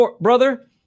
brother